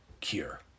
cure